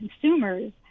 consumers